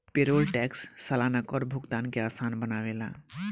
payroll tax सलाना कर भुगतान के आसान बनावेला